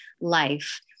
life